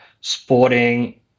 sporting